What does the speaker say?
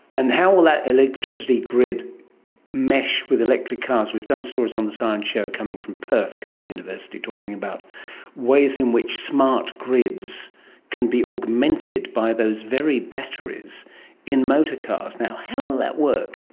and how will that electricity grid mesh with electric cars? we've done stories on the science show coming from perth, curtin university, talking about ways in which smart grids can be augmented by those very batteries in motor cars. now how will that work?